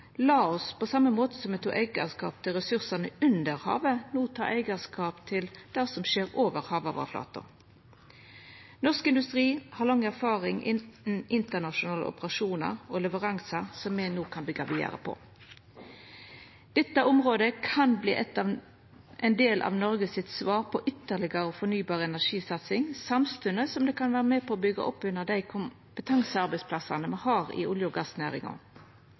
oss på same måten som me tok eigarskap til ressursane under havet, no ta eigarskap til det som skjer over havoverflata. Norsk industri har lang erfaring innan internasjonale operasjonar og leveransar som me no kan byggja vidare på. Dette området kan verta ein del av Noregs svar på ytterlegare fornybar energisatsing, samstundes som det kan vera med på å byggja opp under dei kompetansearbeidsplassane me har i olje- og gassnæringa.